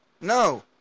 no